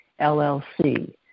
LLC